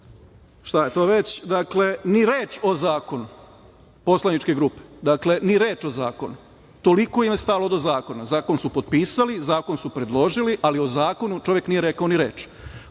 šta je to već, ni reč o zakonu, poslaničke grupe, ni reč o zakonu. Toliko im je stalo do zakona. Zakon su potpisali, zakon su predložili, ali o zakonu čovek nije rekao ni